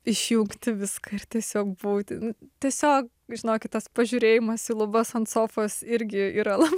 išjungti viską ir tiesiog būti tiesiog žinokit tas pažiūrėjimas į lubas ant sofos irgi yra labai